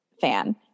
fan